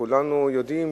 כולנו יודעים